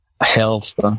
health